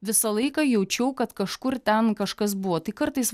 visą laiką jaučiau kad kažkur ten kažkas buvo tai kartais